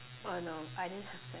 oh no I didn't have that